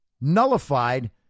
nullified